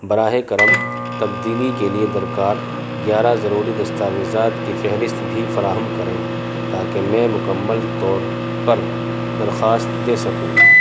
براہ کرم تبدیلی کے لیے درکار گیارہ ضروری دستاویزات کی فہرست بھی فراہم کریں تاکہ میں مکمل طور پر درخواست دے سکوں